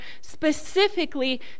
specifically